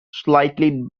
slightly